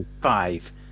Five